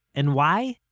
and why?